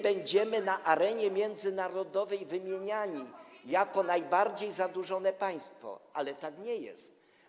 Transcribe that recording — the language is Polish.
Będziemy na arenie międzynarodowej wymieniani jako najbardziej zadłużone państwo, ale tak nie jest.